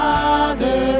Father